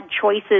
choices